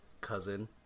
cousin